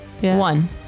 One